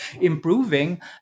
improving